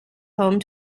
home